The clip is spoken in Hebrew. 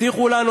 הבטיחו לנו,